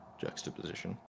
juxtaposition